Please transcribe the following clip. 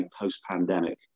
post-pandemic